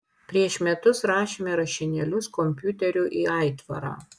prieš metus rašėme rašinėlius kompiuteriu į aitvarą